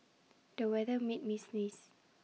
the weather made me sneeze